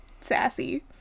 sassy